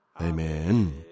Amen